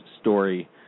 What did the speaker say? story